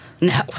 no